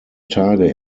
tage